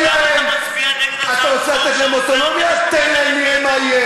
אתה לא עונה למה אתה מצביע נגד הצעת חוק שעוזרת למשפחות של נפגעי טרור.